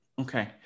okay